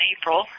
April